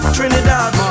Trinidad